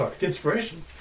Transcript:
Inspiration